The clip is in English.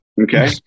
Okay